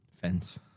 fence